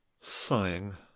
sighing